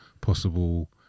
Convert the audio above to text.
possible